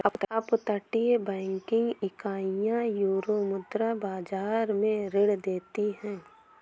अपतटीय बैंकिंग इकाइयां यूरोमुद्रा बाजार में ऋण देती हैं